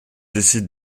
décide